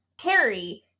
Harry